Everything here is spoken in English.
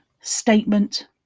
statement